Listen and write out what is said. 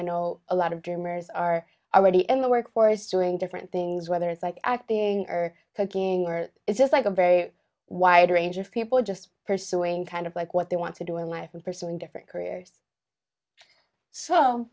i know a lot of dreamers are already in the workforce doing different things whether it's like acting or cooking or just like a very wide range of people just pursuing kind of like what they want to do in life and pursuing different careers so